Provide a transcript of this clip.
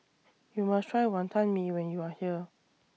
YOU must Try Wantan Mee when YOU Are here